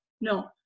No